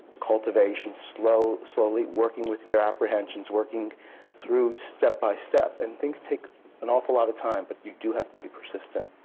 cultivation, slowly slowly working with their apprehensions, working though step by step. and things take an awful lot of time, but you do have to be persistent